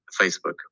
facebook